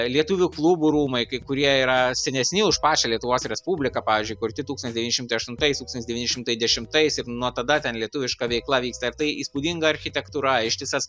lietuvių klubų rūmai kai kurie yra senesni už pačią lietuvos respubliką pavyžiui kurti tūkstant devyni šimtai aštuntais tūkstantis devyni šimtai dešimtais ir nuo tada ten lietuviška veikla vyksta ir tai įspūdinga architektūra ištisas